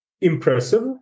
impressive